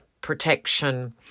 protection